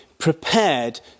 prepared